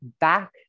back